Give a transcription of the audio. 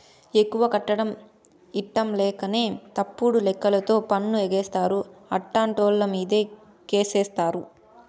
ఎక్కువ కట్టడం ఇట్టంలేకనే తప్పుడు లెక్కలతో పన్ను ఎగేస్తారు, అట్టాంటోళ్ళమీదే కేసేత్తారు